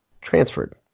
transferred